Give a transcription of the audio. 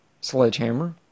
sledgehammer